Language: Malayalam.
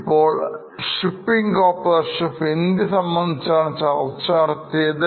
ഇപ്പോൾ shipping corporation of India സംബന്ധിച്ചാണ് ചർച്ച നടത്തിയത്